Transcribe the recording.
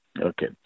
Okay